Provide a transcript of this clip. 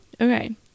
Okay